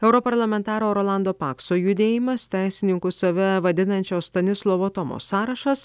europarlamentaro rolando pakso judėjimas teisininkų save vadinančio stanislovo tomo sąrašas